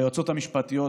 ליועצות המשפטיות,